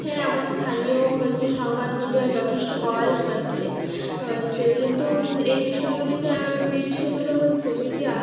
হ্যাঁ আমার স্থানীয় হচ্ছে সংবাদ মিডিয়া যথেষ্ট কভারেজ পাচ্ছে হচ্ছে কিন্তু এই বিষয়গুলি যা যে বিষয়গুলো হচ্ছে মিডিয়া